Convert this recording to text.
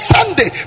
Sunday